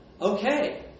Okay